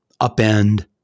upend